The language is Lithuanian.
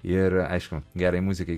ir aišku gerai muzikai